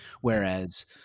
Whereas